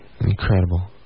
Incredible